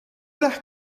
las